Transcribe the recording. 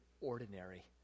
ordinary